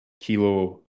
kilo